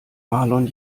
marlon